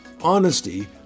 Honesty